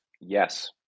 Yes